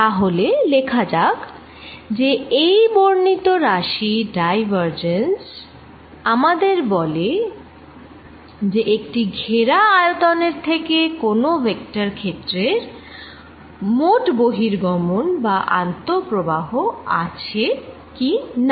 তাহলে লেখা যাক যে এই বর্ণিত রাশি ডাইভারজেন্স আমাদের বলে যে একটি ঘেরা আয়তনের থেকে কোন ভেক্টর ক্ষেত্রের মোট বহির্গমন বা অন্তর্বাহ আছে কি না